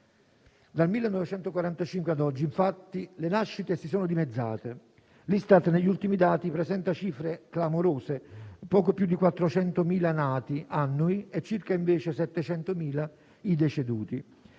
Dal 1945 ad oggi, infatti, le nascite si sono dimezzate. L'Istat negli ultimi dati presenta cifre clamorose: poco più di 400.000 nati annui contro circa 700.000 deceduti.